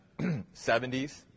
70s